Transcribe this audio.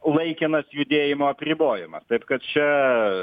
laikinas judėjimo apribojimas taip kad čia